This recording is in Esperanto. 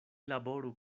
laboru